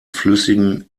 flüssigen